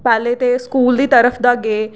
पैह्ले ते स्कूल दी तरफ दा गे